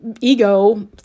ego